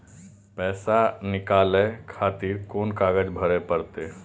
पैसा नीकाले खातिर कोन कागज भरे परतें?